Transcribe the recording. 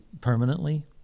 permanently